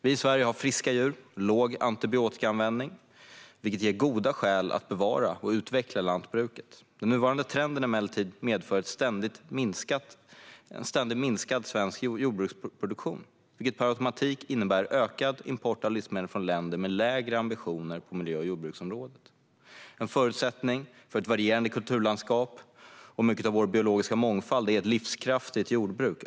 Vi i Sverige har friska djur och en låg antibiotikaanvändning, vilket ger goda skäl att bevara och utveckla lantbruket. Den nuvarande trenden, emellertid, medför en ständigt minskande svensk jordbruksproduktion, vilket per automatik innebär ökad import av livsmedel från länder med lägre ambitioner på miljö och jordbruksområdet. En förutsättning för ett varierande kulturlandskap och mycket av vår biologiska mångfald är ett livskraftigt jordbruk.